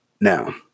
Now